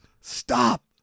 Stop